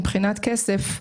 מבחינת כסף,